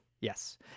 Yes